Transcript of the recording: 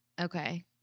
Okay